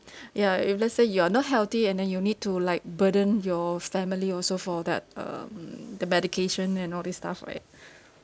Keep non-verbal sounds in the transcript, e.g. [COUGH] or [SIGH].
[BREATH] ya if let's say you're not healthy and then you need to like burden your family also for that um the medication and all this stuff right [BREATH]